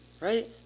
right